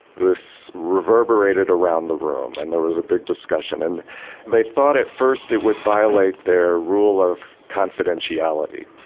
this reverberated around the room and there was a big discussion and they thought at first it would violate their rule of confidentiality,